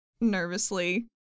nervously